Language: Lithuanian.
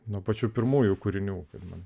nuo pačių pirmųjų kūrinių ir man